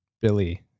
Billy